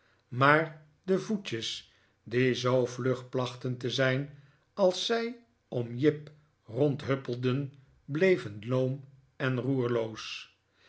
maar de voetjes die zoo vlug plachten te zijn als zij om jip rond huppelden bleven loom en roerloos